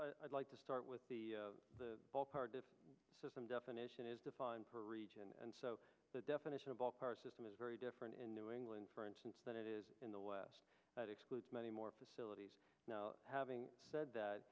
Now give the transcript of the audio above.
guess i'd like to start with the system definition is defined per region and so the definition of all our system is very different in new england for instance than it is in the west that excludes many more facilities now having said that